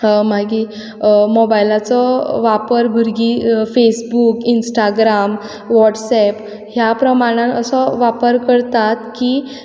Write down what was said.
मागीर मोबायलाचो वापर भुरगीं फेसबूक इंस्टाग्राम वॉट्सएप ह्या प्रमाणान असो वापर करतात की